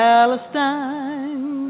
Palestine